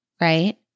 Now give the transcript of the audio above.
right